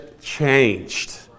changed